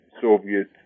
Soviet